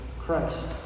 Christ